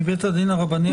מבין הדין הרבני הגדול?